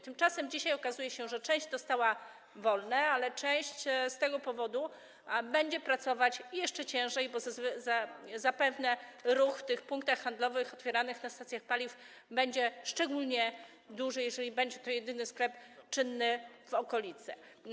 Tymczasem dzisiaj okazuje się, że część dostała wolne, ale część z tego powodu będzie pracować jeszcze ciężej, bo zapewne ruch w tych punktach handlowych otwieranych przy stacjach paliw będzie szczególnie duży, jeżeli będzie to jedyny sklep czynny w okolicy.